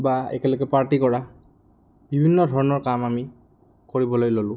বা একেলগে পাৰ্টি কৰা বিভিন্ন ধৰণৰ কাম আমি কৰিবলৈ ল'লোঁ